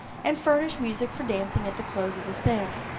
and furnish music for dancing at the close of the sale.